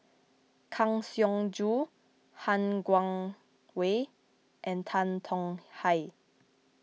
Kang Siong Joo Han Guangwei and Tan Tong Hye